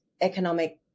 economic